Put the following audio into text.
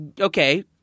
okay